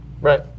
Right